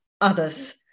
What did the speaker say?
others